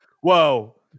Whoa